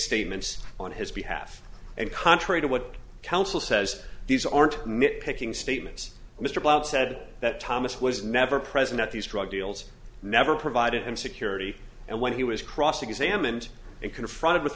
statements on his behalf and contrary to what counsel says these aren't mit picking statements mr blount said that thomas was never present at these drug deals never provided him security and when he was cross examined and confronted with